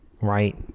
right